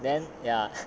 then ya